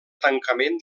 tancament